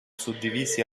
suddivisi